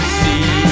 see